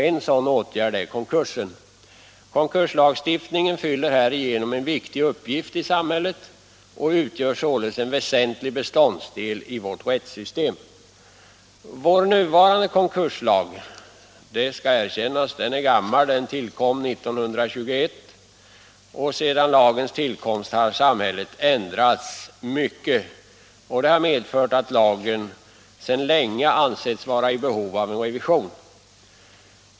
En sådan åtgärd är konkurs. Konkurslagstiftningen fyller härigenom en viktig uppgift i samhället och utgör således en väsentlig beståndsdel i vårt rättssystem. Det skall erkännas att vår nuvarande konkurslag är gammal. Den tillkom år 1921 och sedan lagens tillkomst har samhället ändrats i mycket. Det har medfört att lagen sedan länge ansetts vara i behov av en revision.